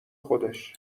خودش